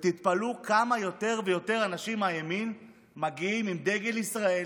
תתפלאו כמה יותר ויותר אנשים מהימין מגיעים עם דגל ישראל,